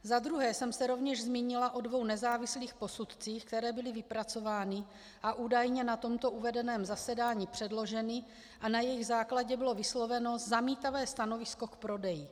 Za druhé jsem se rovněž zmínila o dvou nezávislých posudcích, které byly vypracovány a údajně na tomto uvedeném zasedání předloženy, a na jejich základě bylo vysloveno zamítavé stanovisko k prodeji.